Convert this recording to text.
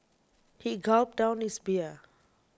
he gulped down his beer